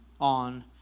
on